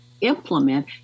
implement